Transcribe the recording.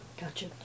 Gotcha